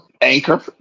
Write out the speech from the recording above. Anchor